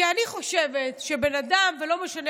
כי אני חושבת שבן אדם, ולא משנה